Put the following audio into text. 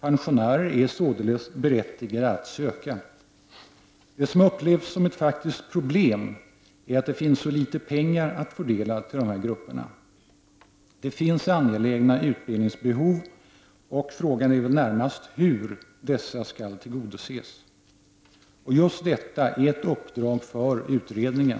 Pensionärer är således berättigade att söka. Det som upplevs som ett faktiskt problem är att det finns så litet pengar att fördela till de här grupperna. Det finns angelägna utbildningsbehov och frågan är väl närmast hur dessa skall tillgodoses. Och just detta är ett uppdrag för utredningen.